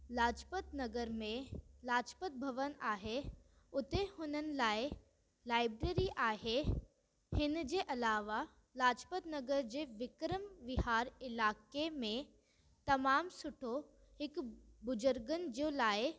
लाजपत नगर में लाजपत भवन आहे उते हुननि लाइ लाइब्रेरी आहे हिन जे अलावा लाजपत नगर जे विक्रम विहार इलाइक़े में तमामु सुठो हिक बुज़ुर्गनि जे लाइ